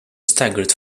staggered